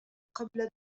قبل